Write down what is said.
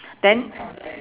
then